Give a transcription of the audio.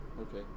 Okay